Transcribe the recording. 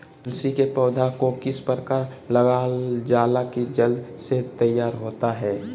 तुलसी के पौधा को किस प्रकार लगालजाला की जल्द से तैयार होता है?